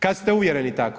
Kad ste uvjereni tako.